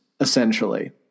essentially